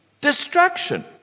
destruction